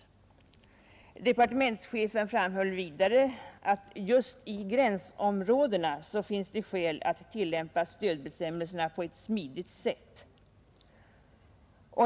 Departementschefen framhöll vidare att just i gränsområdena finns det skäl att tillämpa stödbestämmelserna på ett smidigt sätt.